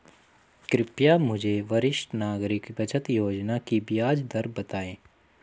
कृपया मुझे वरिष्ठ नागरिक बचत योजना की ब्याज दर बताएं